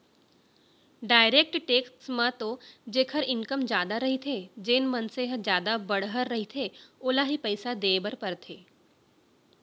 direct tax म तो जेखर इनकम जादा रहिथे जेन मनसे ह जादा बड़हर रहिथे ओला ही पइसा देय बर परथे